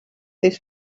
his